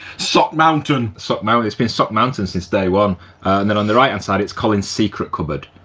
sock mountain. sock mountain, it's been sock mountain since day one and then on the right hand side it's colin's secret cupboard.